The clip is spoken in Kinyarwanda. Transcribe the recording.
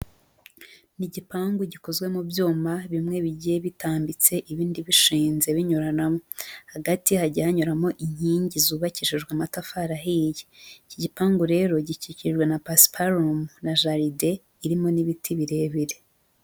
Ni igipangu gikozwe mu byuma bimwe bigiye bitambitse ibindi bishinze binyuranamo, hagati hagiye hanyuramo inkingi zubakishijwe amatafari ahiye, iki gipangu rero gikikijwe na pasiparumu na jardin irimo n'ibiti birebire.